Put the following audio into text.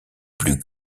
plus